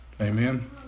amen